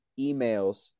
emails